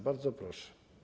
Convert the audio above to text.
Bardzo proszę.